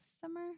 summer